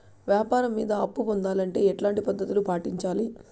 వ్యాపారం మీద అప్పు పొందాలంటే ఎట్లాంటి పద్ధతులు పాటించాలి?